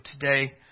today